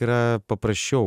yra paprasčiau